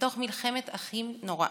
בתוך מלחמת אחים נוראה,